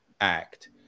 act